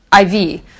IV